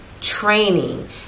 training